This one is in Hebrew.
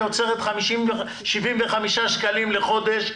היא יוצרת 75 שקלים לחודש בונוס.